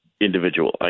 individual